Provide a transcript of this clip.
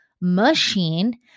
machine